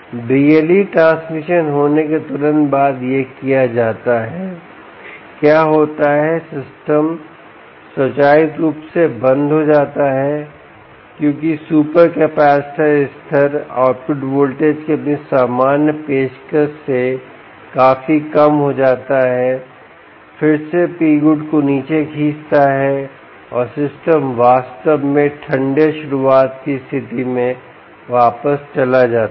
BLE transmission होने के तुरंत बाद यह किया जाता है क्या होता है सिस्टम स्वचालित रूप से बंद हो जाता है क्योंकि सुपर कैपेसिटर स्थिर आउटपुट वोल्टेज की अपनी सामान्य पेशकश से काफी कम हो जाता है फिर से Pgood को नीचे खींचता है और सिस्टम वास्तव में ठंडे शुरुआत की स्थिति में वापस चला जाता है